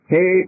Hey